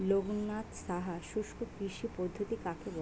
লোকনাথ সাহা শুষ্ককৃষি পদ্ধতি কাকে বলে?